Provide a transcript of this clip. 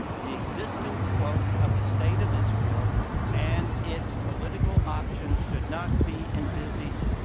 the existence, quote, of the state of israel and its political options, should not be envisaged,